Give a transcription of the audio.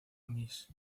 mrs